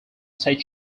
state